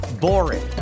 boring